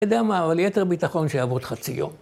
‫אתה יודע מה, ‫אבל יתר ביטחון שיעבוד חצי יום.